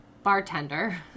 Bartender